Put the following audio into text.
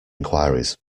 enquiries